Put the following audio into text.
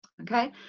Okay